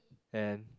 and